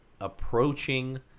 approaching